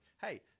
Hey